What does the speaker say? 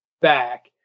back